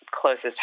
closest